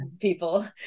people